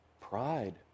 Pride